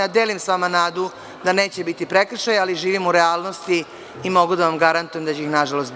Delim sa vama nadu da neće biti prekršaja, ali živim u realnosti i mogu da vam garantujem da će ih nažalost biti.